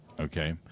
Okay